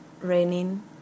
raining